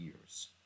years